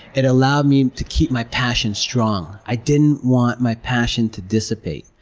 it allowed me to keep my passion strong. i didn't want my passion to dissipate.